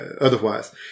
otherwise